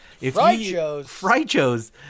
Frycho's